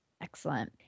Excellent